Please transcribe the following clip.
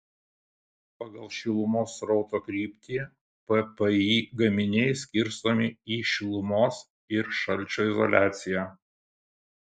pagal šilumos srauto kryptį ppi gaminiai skirstomi į šilumos ir šalčio izoliaciją